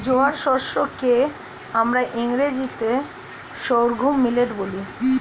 জোয়ার শস্য কে আমরা ইংরেজিতে সর্ঘুম মিলেট বলি